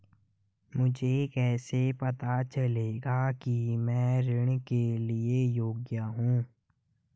मुझे कैसे पता चलेगा कि मैं ऋण के लिए योग्य हूँ?